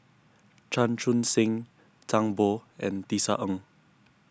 Chan Chun Sing Zhang Bo and Tisa Ng